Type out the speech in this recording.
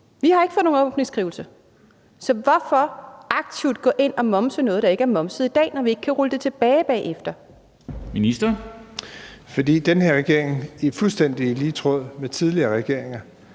Vi har ikke fået nogen åbningsskrivelse. Så hvorfor aktivt gå ind og momse noget, der ikke er momset i dag, når vi ikke kan rulle det tilbage bagefter? Kl. 14:28 Formanden (Henrik Dam Kristensen): Ministeren.